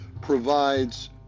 provides